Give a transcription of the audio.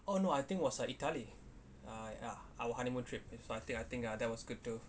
oh no I think was like italy uh ya our honeymoon trip so I think I think ya that was good too